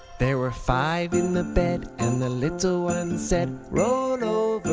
there were five in the bed and the little one said, roll